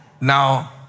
Now